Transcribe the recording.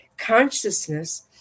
Consciousness